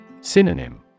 Synonym